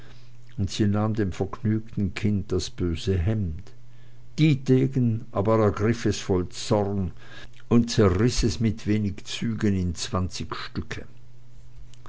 nahm dem vergnügten kinde das böse hemd dietegen aber ergriff es voll zorn und zerriß es mit wenig zügen im zwanzig stücke